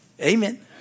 Amen